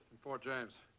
in port james.